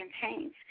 contains